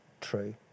true